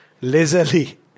lazily